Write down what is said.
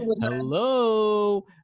Hello